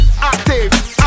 active